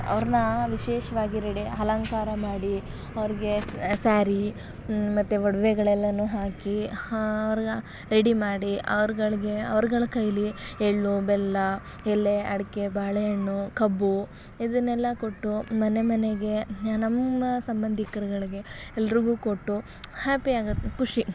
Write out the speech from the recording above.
ಅವ್ರನ್ನ ವಿಶೇಷವಾಗಿ ರೆಡಿ ಅಲಂಕಾರ ಮಾಡಿ ಅವ್ರಿಗೆ ಸ್ಯಾರಿ ಮತ್ತು ಒಡವೆಗಳೆಲ್ಲನೂ ಹಾಕಿ ಅವ್ರ್ಗೆ ರೆಡಿ ಮಾಡಿ ಅವ್ರುಗಳ್ಗೆ ಅವ್ರ್ಗಳ ಕೈಲಿ ಎಳ್ಳು ಬೆಲ್ಲ ಎಲೆ ಅಡಿಕೆ ಬಾಳೆಹಣ್ಣು ಕಬ್ಬು ಇದನ್ನೆಲ್ಲ ಕೊಟ್ಟು ಮನೆ ಮನೆಗೆ ನಮ್ಮ ಸಂಬಂಧಿಕ್ರುಗಳಿಗೆ ಎಲ್ರಿಗೂ ಕೊಟ್ಟು ಹ್ಯಾಪಿ ಆಗುತ್ತೆ ಖುಷಿ